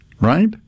Right